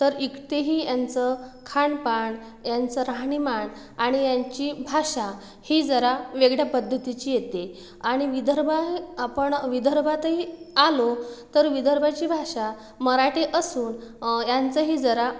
तर इथेही यांचं खानपान यांचं राहणीमान आणि यांची भाषा ही जरा वेगळ्या पद्धतीची येते आणि विदर्भा आपण विदर्भातही आलो तर विदर्भाची भाषा मराठी असून यांचंही जरा